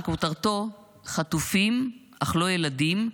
שכותרתו: "חטופים אך לא ילדים,